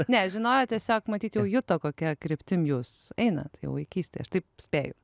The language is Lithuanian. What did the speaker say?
ne žinojo tiesiog matyt jau juto kokia kryptim jūs einat jau vaikystėj aš taip spėju